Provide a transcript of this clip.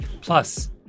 Plus